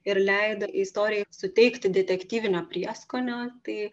ir leido istorijai suteikti detektyvinio prieskonio tai